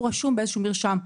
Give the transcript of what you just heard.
הוא רשום באיזשהו מרשם.